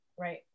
Right